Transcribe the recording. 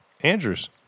Andrews